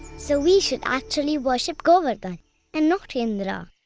so we should actually worship govardhan and not to indra.